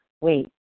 wait